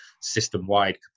system-wide